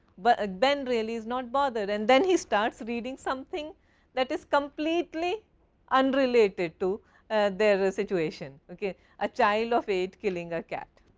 but ben really is not bother and then he starts reading something that is completely unrelated to their ah situation, a child of eight killing a cat.